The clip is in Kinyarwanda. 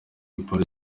polly